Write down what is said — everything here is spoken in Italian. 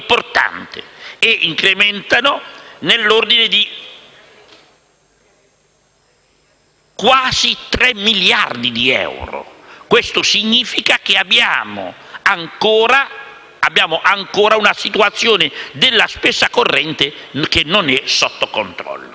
aumentano nell'ordine di quasi 3 miliardi di euro: questo significa che abbiamo ancora una situazione della spesa corrente che non è sotto controllo.